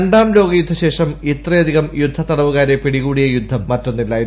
രണ്ടാം ലോക യുദ്ധശേഷം ഇത്രയധികം യുദ്ധത്തടവുകാരെ പിടികൂടിയ യുദ്ധം മറ്റൊന്നില്ലായിരുന്നു